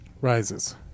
rises